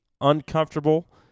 uncomfortable